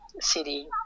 city